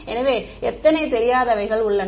எனவே எத்தனை தெரியாதவைகள் உள்ளன